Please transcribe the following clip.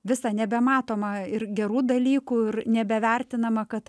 visa nebematoma ir gerų dalykų ir nebevertinama kad